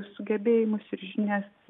sugebėjimus ir žinias